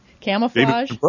Camouflage